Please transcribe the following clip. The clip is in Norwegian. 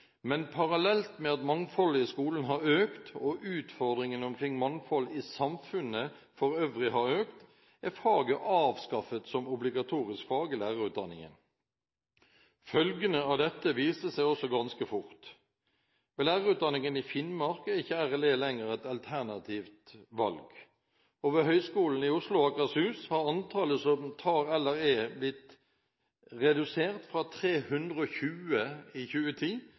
men parallelt med at mangfoldet i skolen har økt og utfordringene omkring mangfoldet i samfunnet for øvrig har økt, er faget avskaffet som obligatorisk fag i lærerutdanningen. Følgene av dette viste seg også ganske fort. Ved lærerutdanningen i Finnmark er ikke RLE lenger et valg, og ved Høgskolen i Oslo og Akershus har antallet som tar RLE, blitt redusert fra 320 i 2010